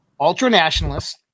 ultra-nationalists